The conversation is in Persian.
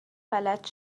فلج